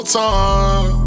time